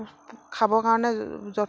খাবৰ কাৰণে